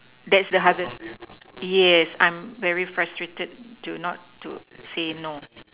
that's the hardest yes I'm very frustrated to not to say no